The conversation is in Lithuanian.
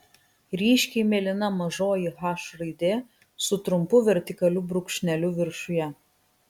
ryškiai mėlyna mažoji h raidė su trumpu vertikaliu brūkšneliu viršuje